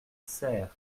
serres